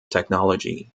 technology